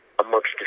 amongst